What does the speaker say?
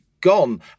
gone